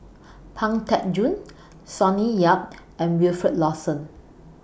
Pang Teck Joon Sonny Yap and Wilfed Lawson